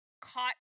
caught